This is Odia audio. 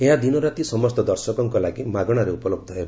ଏହା ଦିନରାତି ସମସ୍ତ ଦର୍ଶକଙ୍କ ଲାଗି ମାଗଣାରେ ଉପଲହ୍ଧ ହେବ